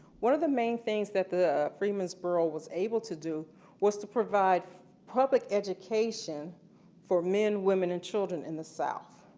one of the main things that the freedmen's bureau was able to do was provide public education for men, women and children in the south.